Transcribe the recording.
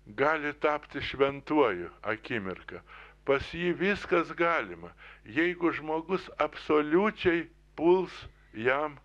gali tapti šventuoju akimirką pas jį viskas galima jeigu žmogus absoliučiai puls jam